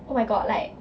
oh my god like